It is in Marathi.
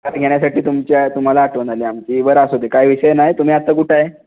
कॉपी घेण्यासाठी तुमच्या तुम्हाला आठवण आली आमची बरं असू दे काय विषय नाही तुम्ही आत्ता कुठं आहे